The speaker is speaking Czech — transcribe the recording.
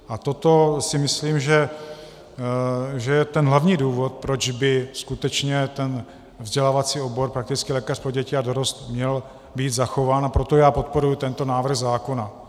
A toto si myslím, že je ten hlavní důvod, proč by skutečně vzdělávací obor praktický lékař pro děti a dorost měl být zachován, a proto já podporuji tento návrh zákona.